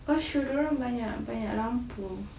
because show diorang banyak banyak lampu